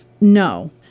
No